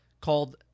called